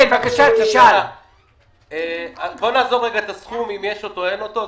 בוא נעזוב רגע את הסכום, אם יש אותו או אין אותו.